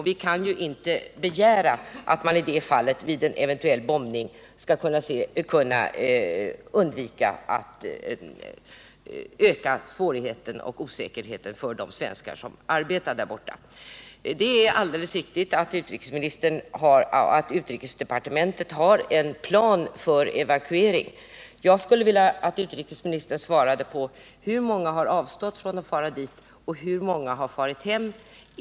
Vi kan inte begära att de vid en eventuell bombning skall kunna undvika att öka svårigheten och osäkerheten för de svenskar som arbetar i närheten. Det är alldeles riktigt att utrikesdepartementet har en plan för evakuering, men jag skulle vilja att utrikesministern svarade på: Hur många har avstått från att fara till Bai Bang och hur många har farit hem?